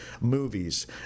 movies